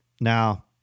Now